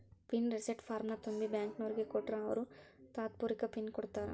pin reset ಫಾರ್ಮ್ನ ತುಂಬಿ ಬ್ಯಾಂಕ್ನೋರಿಗ್ ಕೊಟ್ರ ಅವ್ರು ತಾತ್ಪೂರ್ತೆಕ ಪಿನ್ ಕೊಡ್ತಾರಾ